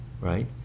right